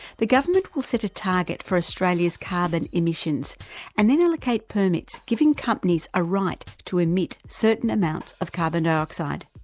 the government will set a target for australia's carbon emissions and then allocate permits giving companies a right to emit certain amounts of carbon dioxide.